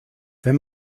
wenn